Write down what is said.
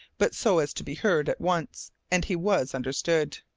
but so as to be heard at once, and he was understood.